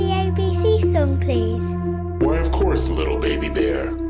yeah abc song please? well of course, little baby bear.